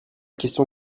question